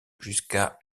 jusqu’à